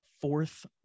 fourth